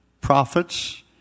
prophets